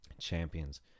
champions